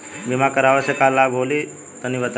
बीमा करावे से का लाभ होला तनि बताई?